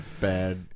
bad